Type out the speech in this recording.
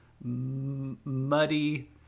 muddy